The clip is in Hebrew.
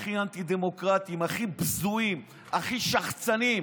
הכי אנטי-דמוקרטיים, הכי בזויים, הכי שחצנים.